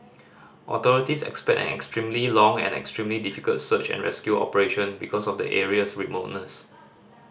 authorities expect an extremely long and extremely difficult search and rescue operation because of the area's remoteness